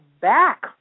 back